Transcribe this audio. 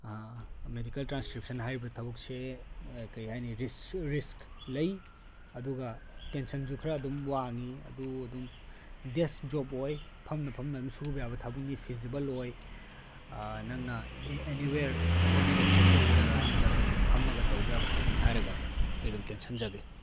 medical transcription ꯍꯥꯏꯔꯤꯕ ꯊꯕꯛꯁꯦ ꯀꯩꯍꯥꯏꯅꯤ ꯔꯤꯁꯛꯁꯨ ꯔꯤꯁꯛ ꯂꯩ ꯑꯗꯨꯒ ꯇꯦꯟꯁꯟꯁꯨ ꯈꯔ ꯑꯗꯨꯝ ꯋꯥꯡꯉꯤ ꯑꯗꯨ ꯑꯗꯨꯝ ꯗꯦꯛꯁ ꯖꯣꯞ ꯑꯣꯏ ꯐꯝꯅ ꯐꯝꯅ ꯑꯗꯨꯝ ꯁꯨꯕ ꯌꯥꯕ ꯊꯕꯛꯅꯤ ꯐꯤꯖꯤꯕꯜ ꯑꯣꯏ ꯅꯪꯅ ꯑꯦꯅꯤꯋꯦꯌꯔ ꯏꯟꯇꯔꯅꯦꯠ ꯑꯦꯛꯁꯦꯁ ꯂꯩꯕ ꯖꯒꯥ ꯑꯃꯗ ꯑꯗꯨꯝ ꯐꯝꯃꯒ ꯇꯧꯕ ꯌꯥꯕ ꯊꯕꯛꯅꯦ ꯍꯥꯏꯔꯒ ꯑꯩ ꯑꯗꯨꯝ ꯇꯦꯟꯁꯤꯟꯖꯒꯦ